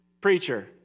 preacher